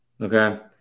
Okay